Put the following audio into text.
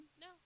No